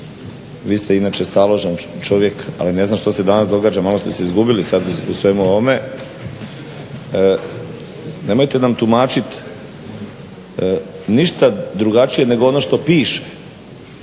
vi ste inače staložen čovjek ali ne znam što se danas događa, malo ste se izgubili sad u svemu ovome. Nemojte nam tumačit ništa drugačije nego ono što piše